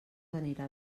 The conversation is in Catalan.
anirà